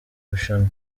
rushanwa